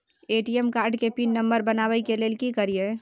ATM card के PIN number बनाबै के लेल की करिए?